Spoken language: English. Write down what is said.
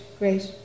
great